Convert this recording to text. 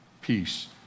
Peace